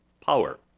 power